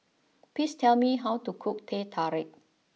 please tell me how to cook Teh Tarik